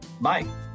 Bye